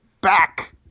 back